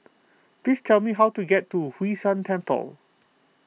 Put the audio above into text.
please tell me how to get to Hwee San Temple